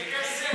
זה כסף.